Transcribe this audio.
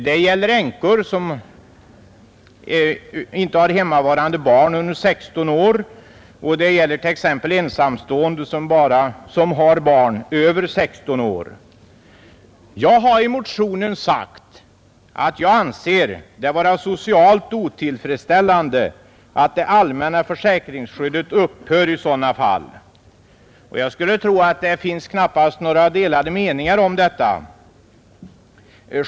Det gäller änkor utan hemmavarande barn under 16 år, och det gäller t.ex. ensamstående som har barn över 16 år. Jag har i motionen sagt att jag anser det vara socialt otillfredsställande att det allmänna försäkringsskyddet upphör i sådana fall. Jag skulle inte tro att det finns några delade meningar om detta.